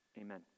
Amen